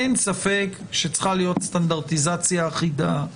אין ספק שצריכה להיות סטנדרטיזציה אחידה,